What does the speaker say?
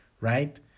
right